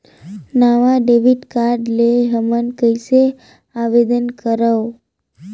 नवा debit card ले हमन कइसे आवेदन करंव?